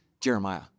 Jeremiah